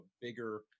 bigger